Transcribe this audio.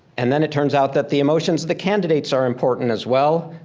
and then it turns out that the emotions the candidate's are important as well.